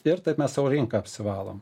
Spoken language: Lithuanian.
ir taip mes savo rinką apsivalom